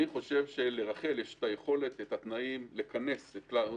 אני חושב שלרח"ל יש את היכולת ואת התנאים לכנס את כלל הגורמים.